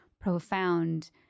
profound